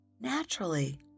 naturally